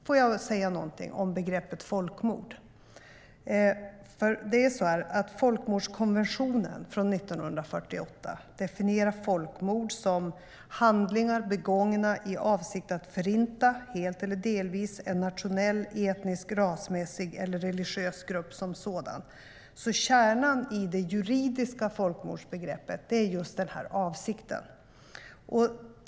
Låt mig säga någonting om begreppet folkmord. Folkmordskonventionen från 1948 definierar folkmord som handlingar begångna i avsikt att förinta, helt eller delvis, en nationell, etnisk, rasmässig eller religiös grupp som sådan. Kärnan i det juridiska folkmordsbegreppet är just denna avsikt.